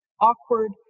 awkward